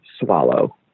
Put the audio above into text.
swallow